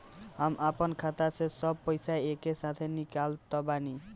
हम आपन खाता से सब पैसा एके साथे निकाल सकत बानी की ना?